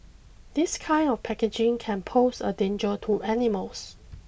this kind of packaging can pose a danger to animals